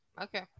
Okay